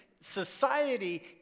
society